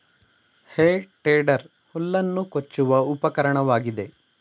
ಹೇ tedder ಹುಲ್ಲನ್ನು ಕೊಚ್ಚುವ ಉಪಕರಣವಾಗಿದೆ